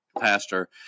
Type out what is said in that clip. pastor